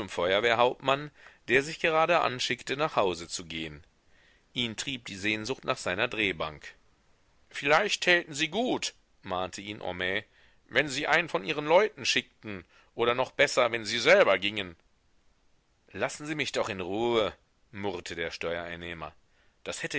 feuerwehrhauptmann der sich gerade anschickte nach hause zu gehen ihn trieb die sehnsucht nach seiner drehbank vielleicht täten sie gut mahnte ihn homais wenn sie einen von ihren leuten schickten oder noch besser wenn sie selber gingen lassen sie mich doch in ruhe murrte der steuereinnehmer das hätte